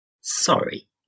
Sorry